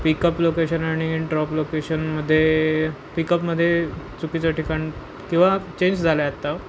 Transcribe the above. pickup location आणि drop लोकेशनमध्ये पिकअपमध्ये चुकीचं ठिकाण किंवा चेंज झालं आहे आत्ता